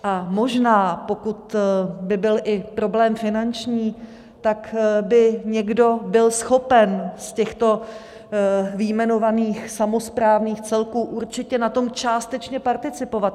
A možná, pokud by byl i problém finanční, tak by někdo byl schopen z těchto vyjmenovaných samosprávných celků určitě na tom částečně participovat.